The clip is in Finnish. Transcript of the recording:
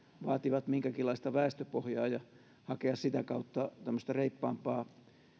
vaativat minkäkinlaista väestöpohjaa ja hakea sitä kautta tämmöistä reippaampaa